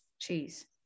cheese